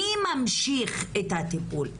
מי ממשיך את הטיפול?